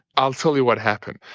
i'll tell you what happened.